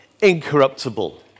incorruptible